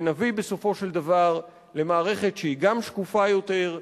ונביא בסופו של דבר למערכת שהיא גם שקופה יותר,